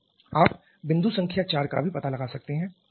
आप बिंदु संख्या 4 का भी पता लगा सकते हैं